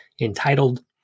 entitled